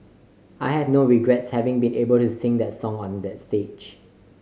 I have no regrets having been able to sing that song on that stage